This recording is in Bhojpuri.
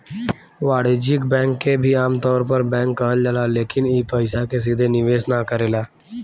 वाणिज्यिक बैंक के भी आमतौर पर बैंक कहल जाला लेकिन इ पइसा के सीधे निवेश ना करेला